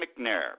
McNair